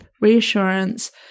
reassurance